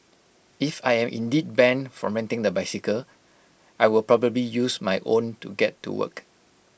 if I am indeed banned from renting the bicycle I will probably use my own to get to work